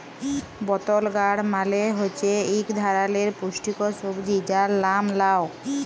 বতল গাড় মালে হছে ইক ধারালের পুস্টিকর সবজি যার লাম লাউ